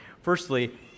Firstly